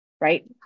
right